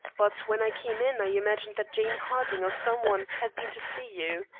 but when i came in i imagined that jane harding or some one had been to see you.